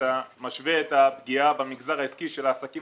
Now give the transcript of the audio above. כשאתה משווה את הפגיעה במגזר העסקי של העסקים